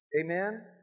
Amen